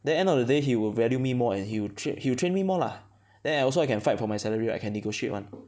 then end of the day he will value me more and he will train he will train me more lah then I also I can fight for my salary right I can negotiate [one]